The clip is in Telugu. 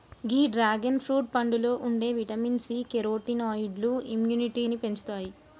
గీ డ్రాగన్ ఫ్రూట్ పండులో ఉండే విటమిన్ సి, కెరోటినాయిడ్లు ఇమ్యునిటీని పెంచుతాయి